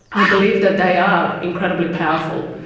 i believe that they are incredibly powerful,